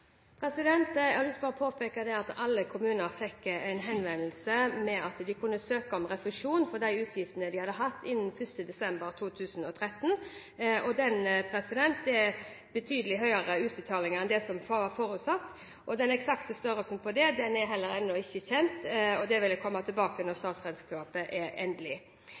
Jeg ønsker å påpeke at alle kommuner fikk en henvendelse om at de kunne søke om refusjon for de utgiftene de hadde hatt, innen 1. desember 2013. Det ble betydelig høyere utbetalinger enn det som var forutsatt. Den eksakte størrelsen på disse er ikke kjent ennå, men det vil jeg komme tilbake til når statsregnskapet er endelig.